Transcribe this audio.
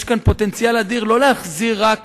יש כאן פוטנציאל אדיר, לא להחזיר רק